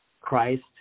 Christ